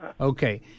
Okay